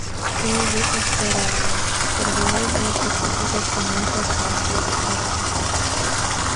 tai įvyko skverelyje kur vėliau buvo pastatytas paminklas petrui cvirkai